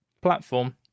platform